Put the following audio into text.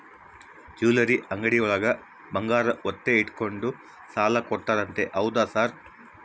Jewellery ಅಂಗಡಿಯೊಳಗ ಬಂಗಾರ ಒತ್ತೆ ಇಟ್ಕೊಂಡು ಸಾಲ ಕೊಡ್ತಾರಂತೆ ಹೌದಾ ಸರ್?